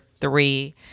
three